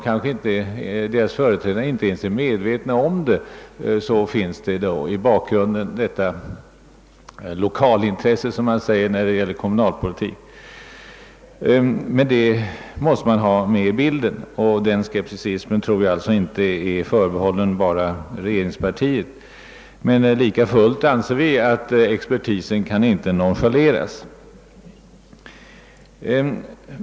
även om dessa företrädare kanske inte ens är medvetna om detta förhållande, finns det ändå i bakgrunden ett sådant »lokalintresse», som man kallar det när det gäller kommunalpolitik. Detta måste man ta med i bilden; denna skepticism tror jag alltså inte är förbehållen enbart regeringspartiet. Men lika fullt anser vi att expertisen inte kan nonchaleras.